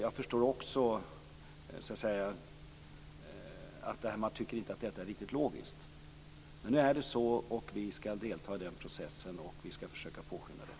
Jag förstår också att man inte tycker att detta är riktigt logiskt. Men nu är det så, och vi skall delta i denna process och skall försöka påskynda den.